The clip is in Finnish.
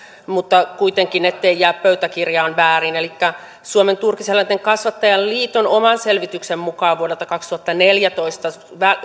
mutta kuitenkin ettei jää pöytäkirjaan väärin elikkä suomen turkiseläinten kasvattajain liiton oman selvityksen mukaan vuodelta kaksituhattaneljätoista